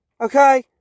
Okay